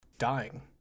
dying